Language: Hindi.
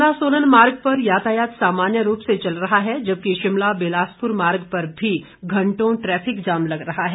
शिमला सोलन मार्ग पर यातायात सामान्य रूप से चल रहा है जबकि शिमला बिलासपुर मार्ग पर भी घंटों ट्रैफिक जाम लग रहा है